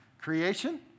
creation